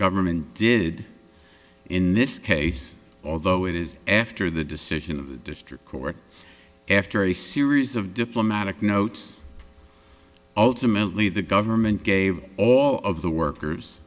government did in this case although it is after the decision of the district court after a series of diplomatic notes ultimately the government gave all of the workers